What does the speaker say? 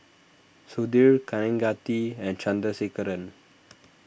Sudhir Kaneganti and Chandrasekaran